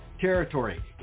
territory